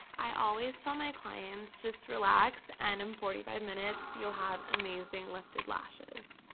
i always tell my clients, just relax, and in forty five minutes you'll have amazing lifted lashes.